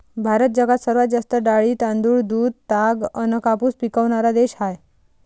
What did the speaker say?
भारत जगात सर्वात जास्त डाळी, तांदूळ, दूध, ताग अन कापूस पिकवनारा देश हाय